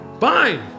Fine